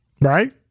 right